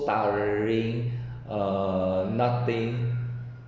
tiring uh nothing